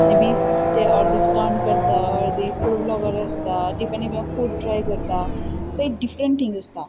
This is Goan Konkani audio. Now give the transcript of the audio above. मे बी ते अर्दे स्टंट करतात अर्दे फूड ब्लॉगर आसता डिफरंट डिफरंट फूड ट्राय करता सो एक डिफरंट थींग आसता